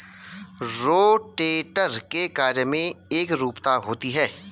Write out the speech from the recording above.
rotator के कार्य में एकरूपता होती है